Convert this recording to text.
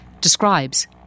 describes